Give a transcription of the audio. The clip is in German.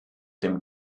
dem